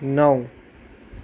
नौ